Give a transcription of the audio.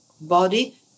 body